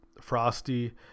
Frosty